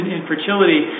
infertility